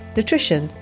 nutrition